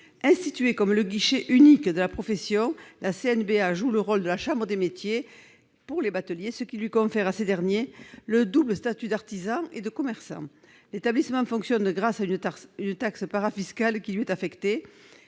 Instituée comme le guichet unique de la profession, la CNBA joue le rôle de chambre de métiers pour les bateliers, ce qui confère à ces derniers le double statut d'artisan et de commerçant. L'établissement fonctionne grâce à une taxe parafiscale qui lui est affectée.